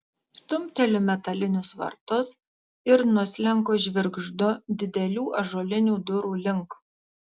stumteliu metalinius vartus ir nuslenku žvirgždu didelių ąžuolinių durų link